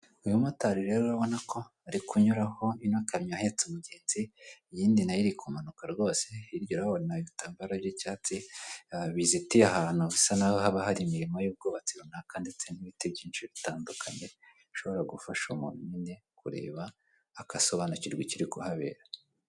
Uyu mumotari rero urabona ko ari kunyuraho, ino kamyo ihetse umugenzi, iyindi na yo iri kumanuka rwose, hirya urahabona ibitambaro by'icyatsi, bizitiye ahantu bisa n'aho haba hari imirimo y'ubwubatsi runaka ndetse n'ibiti byinshi bitandukanye, bishobora gufasha umuntu nyine kureba, agasobanukirwa ikiri kuhabera.